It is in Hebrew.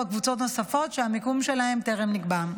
קבוצות נוספות שהמיקום שלהן טרם נקבע.